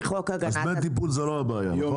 אז דמי טיפול הם לא הבעיה, נכון?